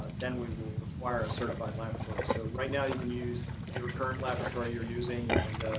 ah then we will require a certified laboratory. so right now you can use your current laboratory you're using and